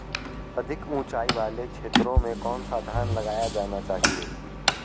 अधिक उँचाई वाले क्षेत्रों में कौन सा धान लगाया जाना चाहिए?